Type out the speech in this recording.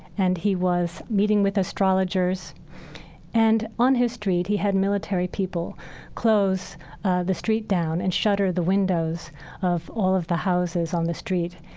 and he was meeting with astrologers and on his street, he had military people close the street down and shutter the windows of all of the houses on the street.